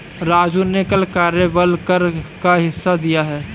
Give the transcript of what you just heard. राजू ने कल कार्यबल कर का हिसाब दिया है